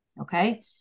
Okay